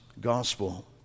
Gospel